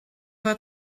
war